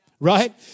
Right